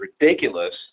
ridiculous